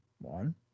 One